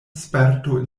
sperto